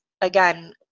again